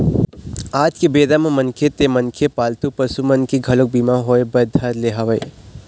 आज के बेरा म मनखे ते मनखे पालतू पसु मन के घलोक बीमा होय बर धर ले हवय